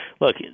look